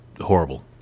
horrible